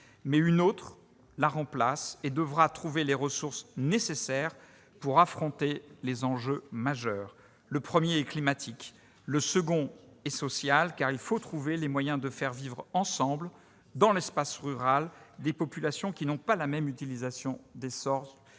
mais une autre la remplace, qui devra trouver les ressources nécessaires pour affronter des enjeux majeurs. Le premier de ces enjeux est climatique. Le deuxième, social, car il faut trouver les moyens de faire vivre ensemble, dans l'espace rural, des populations qui n'ont pas la même utilisation des sols